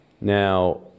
Now